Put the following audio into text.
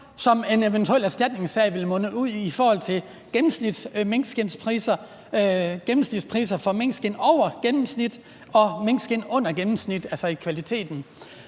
som en eventuel erstatningssag vil munde ud i i forhold til gennemsnitspriser for minkskind, minkskind over gennemsnit og minkskind under gennemsnit, altså i kvaliteten.